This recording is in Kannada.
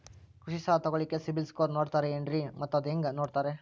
ಕೃಷಿ ಸಾಲ ತಗೋಳಿಕ್ಕೆ ಸಿಬಿಲ್ ಸ್ಕೋರ್ ನೋಡ್ತಾರೆ ಏನ್ರಿ ಮತ್ತ ಅದು ಹೆಂಗೆ ನೋಡ್ತಾರೇ?